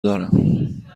دارم